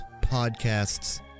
podcasts